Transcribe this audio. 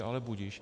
Ale budiž.